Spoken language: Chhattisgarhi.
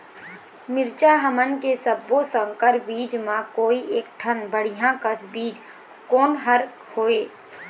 मिरचा हमन के सब्बो संकर बीज म कोई एक ठन बढ़िया कस बीज कोन हर होए?